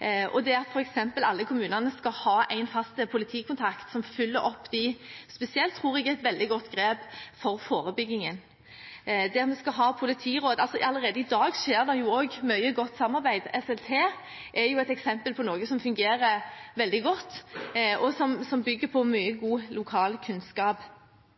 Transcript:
Det at f.eks. alle kommunene skal ha en fast politikontakt som følger dem opp spesielt, tror jeg er et veldig godt grep for forebyggingen. Allerede i dag er det mye godt samarbeid. SLT er et eksempel på noe som fungerer veldig godt, og som bygger på mye god lokal kunnskap.